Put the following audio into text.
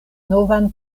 novan